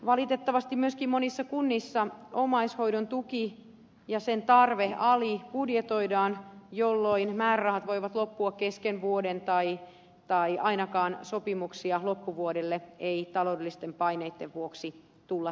valitettavasti myöskin monissa kunnissa omaishoidon tuki ja sen tarve alibudjetoidaan jolloin määrärahat voivat loppua kesken vuoden tai ainakaan sopimuksia loppuvuodelle ei taloudellisten paineitten vuoksi tulla tekemään